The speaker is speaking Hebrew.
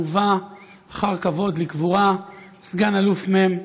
מובא אחר כבוד לקבורה סגן אלוף מ',